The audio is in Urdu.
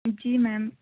جی میم